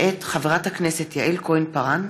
מאת חברי הכנסת יעל כהן-פארן,